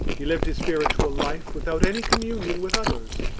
he lived his spiritual life without any communion with others,